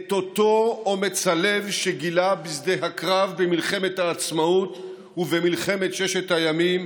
את אותו אומץ הלב שגילה בשדה הקרב במלחמת העצמאות ובמלחמת ששת הימים